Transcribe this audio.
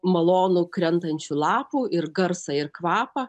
malonų krentančių lapų ir garsą ir kvapą